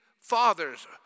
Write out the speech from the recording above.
fathers